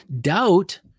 Doubt